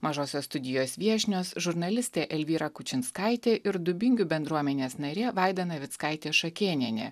mažosios studijos viešnios žurnalistė elvyra kučinskaitė ir dubingių bendruomenės narė vaida navickaitė šakėnienė